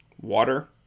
water